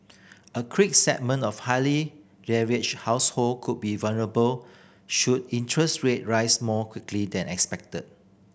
a segment of highly leveraged household could be vulnerable should interest rate rise more quickly than expected